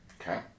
Okay